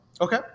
okay